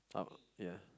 um yeah